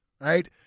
right